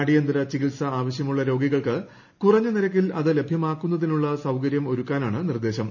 അടിയന്തര ചികിത്സ ആവശ്യമുള്ള രോഗികൾക്ക് കുറഞ്ഞ നിരക്കിൽ അത് ലഭൃമാക്കുന്നതിനുള്ള സൌകരൃം ഒരുക്കാനാണ് നിർദ്ദേശം